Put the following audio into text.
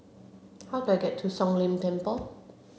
how do I get to Siong Lim Temple